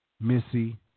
Missy